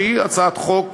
שהיא הצעת חוק